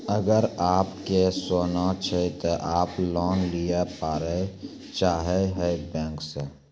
अगर आप के सोना छै ते आप लोन लिए पारे चाहते हैं बैंक से?